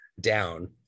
down